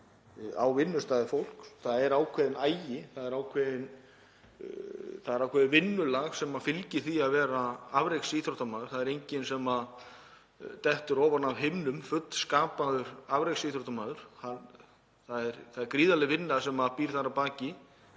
á vinnustað. Það er ákveðinn agi, ákveðið vinnulag sem fylgir því að vera afreksíþróttamaður. Það er enginn sem dettur ofan af himnum fullskapaður afreksíþróttamaður. Það er gríðarleg vinna sem býr þar að baki,